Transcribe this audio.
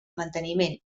manteniment